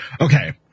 Okay